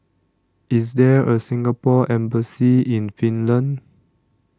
IS There A Singapore Embassy in Finland